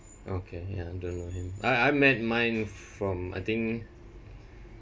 okay ya I don't know him I I made mine from I think